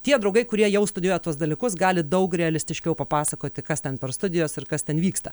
tie draugai kurie jau studijuoja tuos dalykus gali daug realistiškiau papasakoti kas ten per studijos ir kas ten vyksta